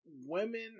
women